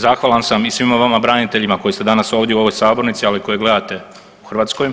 Zahvalan sam i svima vama braniteljima koji ste danas ovdje u ovoj sabornici, ali i koji gledate u Hrvatskoj,